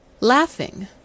Laughing